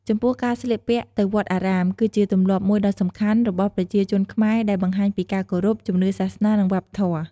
ចំពោះការស្លៀកពាក់ទៅវត្តអារាម គឺជាទម្លាប់មួយដ៏សំខាន់របស់ប្រជាជនខ្មែរដែលបង្ហាញពីការគោរព ជំនឿសាសនា និងវប្បធម៌។